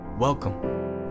Welcome